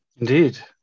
Indeed